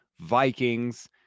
Vikings